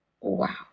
Wow